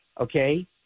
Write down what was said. Okay